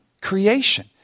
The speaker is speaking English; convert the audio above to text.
creation